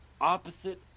opposite